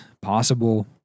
possible